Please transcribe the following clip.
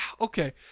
okay